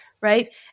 Right